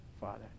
Father